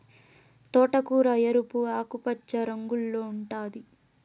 తోటకూర ఎరుపు, ఆకుపచ్చ రంగుల్లో ఉంటాది